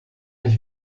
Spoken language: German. ich